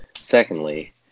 Secondly